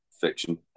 fiction